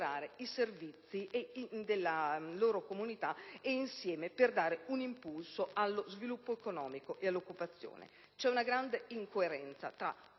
i servizi destinati alla loro comunità e per dare impulso allo sviluppo economico e all'occupazione. C'è dunque grande incoerenza tra